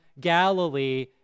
Galilee